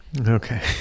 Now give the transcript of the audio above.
Okay